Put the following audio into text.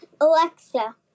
Alexa